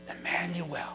Emmanuel